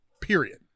period